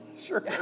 Sure